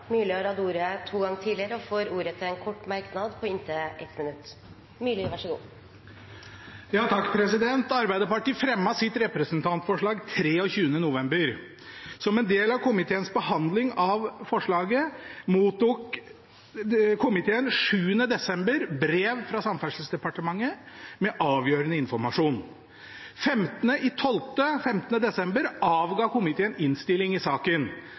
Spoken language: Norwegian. har hatt ordet to ganger tidligere og får ordet til en kort merknad, begrenset til 1 minutt. Arbeiderpartiet fremmet sitt representantforslag den 23. november. Som en del av komiteens behandling av forslaget mottok komiteen den 7. desember brev fra Samferdselsdepartementet med avgjørende informasjon. Den 15. desember avga komiteen innstilling i saken.